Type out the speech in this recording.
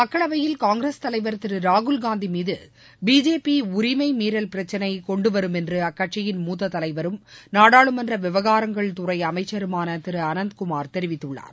மக்களவையில் காங்கிரஸ் தலைவர் திரு ராகுல்காந்தி மீது பிஜேபி உரிமை மீறல் பிரச்சினை கொண்டுவரும் என்று அக்கட்சியின் மூத்த தலைவரும் நாடா ளுமன்ற விவகாரங்கள் கிறை அமைச்சருமான திரு அனந்த் குமார் தெரிவித்துள்ளார்